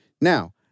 Now